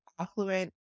affluent